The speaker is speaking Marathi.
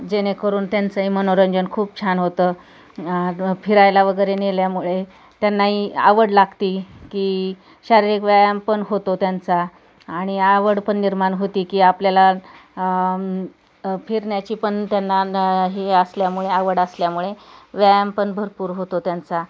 जेणेकरून त्यांचंही मनोरंजन खूप छान होतं फिरायला वगैरे नेल्यामुळे त्यांनाही आवड लागते की शारीरिक व्यायाम पण होतो त्यांचा आणि आवड पण निर्माण होती की आपल्याला फिरण्याची पण त्यांना हे असल्यामुळे आवड असल्यामुळे व्यायाम पण भरपूर होतो त्यांचा